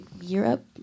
Europe